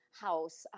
house